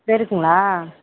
பெருசுங்களா